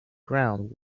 ground